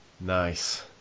nice